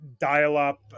dial-up